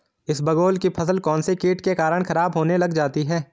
इसबगोल की फसल कौनसे कीट के कारण खराब होने लग जाती है?